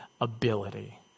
ability